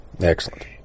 Excellent